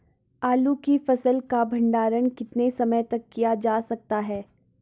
आलू की फसल का भंडारण कितने समय तक किया जा सकता है?